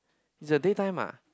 it's a day time ah